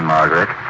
Margaret